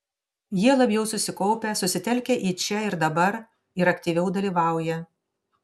jie labiau susikaupę susitelkę į čia ir dabar ir aktyviau dalyvauja